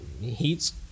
heat's